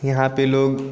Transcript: यहाँ पर लोग